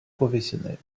professionnels